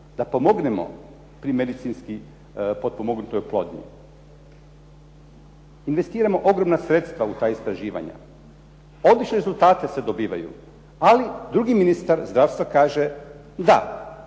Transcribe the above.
da pomognemo pri medicinski potpomognutoj oplodnji. Investiramo ogromna sredstva u ta istraživanja. Odlični rezultati se dobivaju, ali drugi ministar zdravstva kaže da